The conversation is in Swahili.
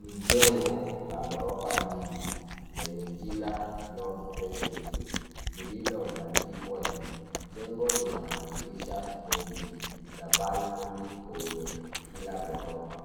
Ni jengo la ghorofa nyingi lenye jina North Crest View lililobandikwa juu. Jengo lina madirisha mengi na balkoni kwenye kila ghorofa.